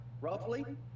roughly